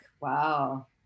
Wow